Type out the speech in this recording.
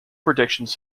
predictions